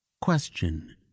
question